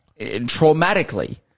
traumatically